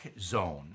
zone